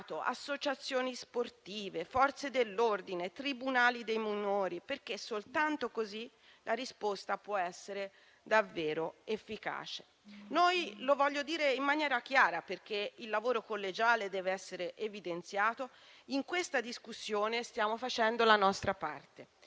associazioni sportive, Forze dell'ordine, tribunali dei minori. Soltanto così la risposta può essere davvero efficace. Noi - lo voglio dire in maniera chiara, perché il lavoro collegiale deve essere evidenziato - in questa discussione stiamo facendo la nostra parte,